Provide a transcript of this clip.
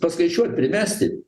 paskaičiuot primesti